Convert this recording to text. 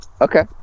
Okay